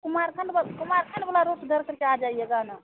कुमारखंड कुमारखंड वाला रोड इधर करके आ जाइएगा ना